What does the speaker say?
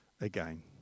again